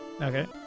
Okay